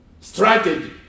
strategy